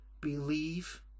believe